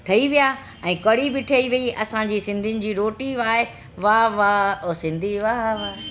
ठही विया ऐं कड़ी बि ठही वई असांजी सिंधियुनि जी रोटी बि आहे